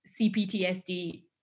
CPTSD